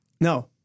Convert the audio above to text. No